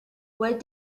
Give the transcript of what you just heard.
what